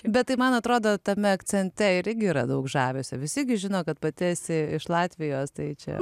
bet tai man atrodo tame akcente irgi yra daug žavesio visi gi žino kad pati esi iš latvijos tai čia